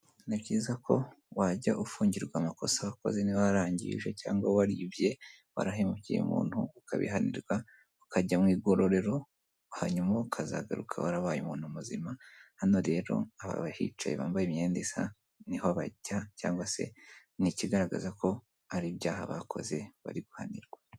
Ni byiza ko wajya ufungirwa amakosa wakoze niba warangije cyangwa waribye warahemukiye umuntu ukabihanirwa, ukajya mu igororero hanyuma ukazagaruka warabaye umuntu muzima, hano rero aba bahicaye bambaye imyenda isa, ni ho bajya cyangwa se ni ikigaragaza ko hari ibyaha bakoze, bari guhanirwa.